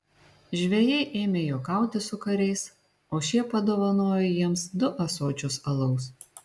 žvejai ėmė juokauti su kariais o šie padovanojo jiems du ąsočius alaus